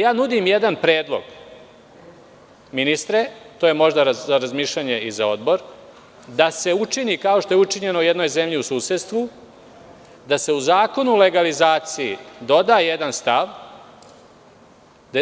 Ja nudim jedan predlog, ministre, to je možda za razmišljanje i za odbor, da se učini kao što je učinjeno u jednoj zemlji u susedstvu, da se u Zakon o legalizaciji doda jedan stav,